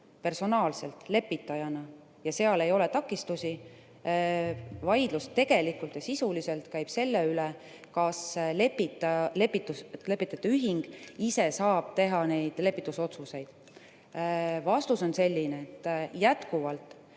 personaalselt lepitajana. Seal ei ole takistusi. Vaidlus tegelikult ja sisuliselt käib selle üle, kas lepitajate ühing ise saab teha neid lepitusotsuseid. Vastus on selline, et jätkuvalt